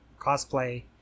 cosplay